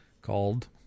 called